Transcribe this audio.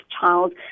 child